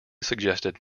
suggested